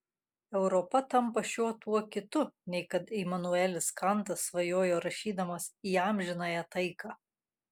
europa tampa šiuo tuo kitu nei kad imanuelis kantas svajojo rašydamas į amžinąją taiką